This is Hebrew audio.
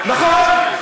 נכון.